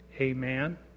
Amen